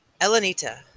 Elenita